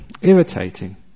irritating